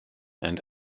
and